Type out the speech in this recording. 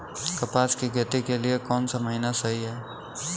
कपास की खेती के लिए कौन सा महीना सही होता है?